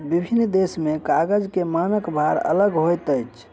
विभिन्न देश में कागज के मानक भार अलग होइत अछि